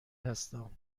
هستم